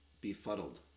befuddled